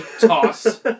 Toss